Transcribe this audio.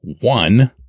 One